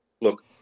Look